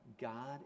God